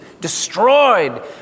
destroyed